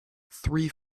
three